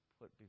put